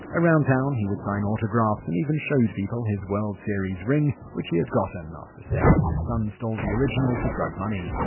around town, he would sign autographs and even showed people his world series ring, which he had gotten after saying his son stole the original for drug money.